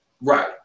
right